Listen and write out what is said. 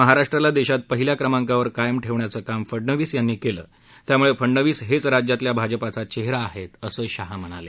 महाराष्ट्राला देशात पहिल्या क्रमांकावर कायम ठेवण्याचं काम फडनवीस यांनी केलं त्याम्ळे फडनवीस हेच राज्यातल्या भाजपाचा चेहरा आहेत असं शाह म्हणाले